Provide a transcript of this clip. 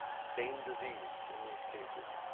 same disease in these cases.